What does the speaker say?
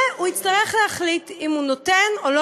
והוא יצטרך להחליט אם הוא נותן או לא